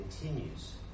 continues